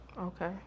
Okay